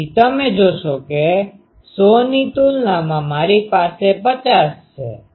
તેથી તમે જોશો કે 100 ની તુલનામાં મારી પાસે 50 છે